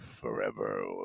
forever